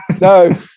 no